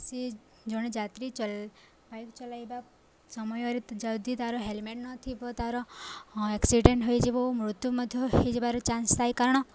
ସିଏ ଜଣେ ଯାତ୍ରୀ ଚ ବାଇକ ଚଲାଇବା ସମୟରେ ଯଦି ତାର ହେଲମେଟ ନଥିବ ତାର ଏକ୍ସିଡେଣ୍ଟ ହେଇଯିବ ଓ ମୃତ୍ୟୁ ମଧ୍ୟ ହେଇଯିବାର ଚାନ୍ସ ଥାଏ କାରଣ